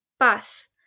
Bus